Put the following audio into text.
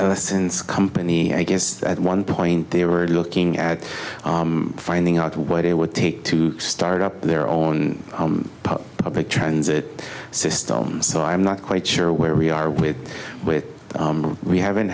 since company i guess at one point they were looking at finding out what it would take to start up their own public transit system so i'm not quite sure where we are with with we haven't